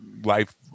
life